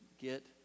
get